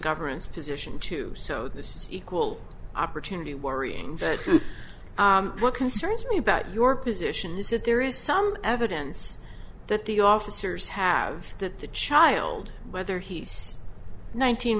government's position too so this is equal opportunity worrying that what concerns me about your position is that there is some evidence that the officers have that the child whether he's nineteen